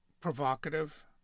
Provocative